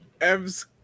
Ev's